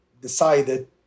decided